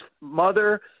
mother